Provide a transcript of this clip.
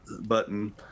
button